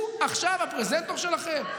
הוא עכשיו הפרזנטור שלכם?